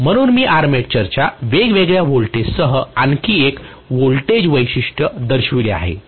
म्हणून मी आर्मेचरच्या वेगवेगळ्या व्होल्टेजसह आणखी एक व्होल्टेज वैशिष्ट्य दर्शविले आहे